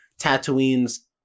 Tatooine's